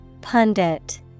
Pundit